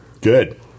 Good